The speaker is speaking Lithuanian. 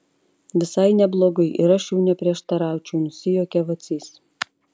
visai neblogai ir aš jau neprieštaraučiau nusijuokė vacys